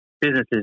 businesses